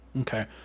Okay